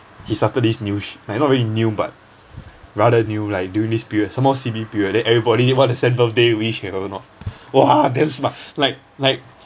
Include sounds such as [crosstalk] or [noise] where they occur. he started this new sh~ like not really new but rather new like during this period some more C_B period then everybody want to send birthday wish whatever not !wah! damn smart [breath] like like